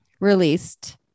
released